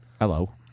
Hello